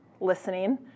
listening